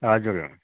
हजुर